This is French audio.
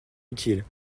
utile